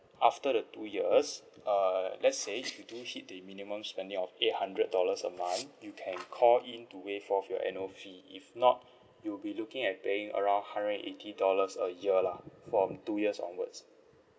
after the two years uh let's say if you do hit the minimum spending of eight hundred dollars a month you can call in to waive off your annual fee if not you'll be looking at paying around hundred eighty dollars a year lah from two years onwards